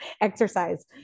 exercise